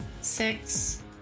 Six